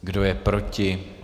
Kdo je proti?